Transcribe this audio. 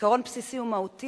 עיקרון בסיסי ומהותי,